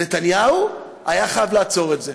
ונתניהו היה חייב לעצור את זה.